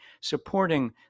supporting